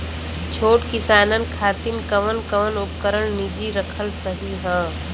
छोट किसानन खातिन कवन कवन उपकरण निजी रखल सही ह?